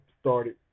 started